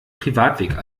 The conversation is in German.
privatweg